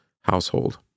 household